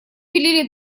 пилили